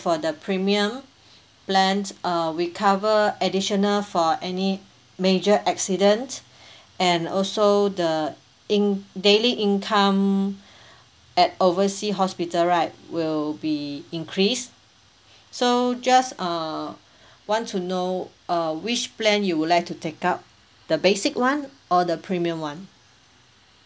for the premium plans uh we cover additional for any major accident and also the in~ daily income at oversea hospital right will be increased so just uh want to know uh which plan you would like to take up the basic [one] or the premium [one]